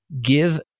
give